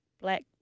black